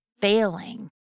failing